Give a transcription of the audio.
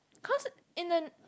cause in the